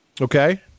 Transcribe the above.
Okay